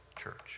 church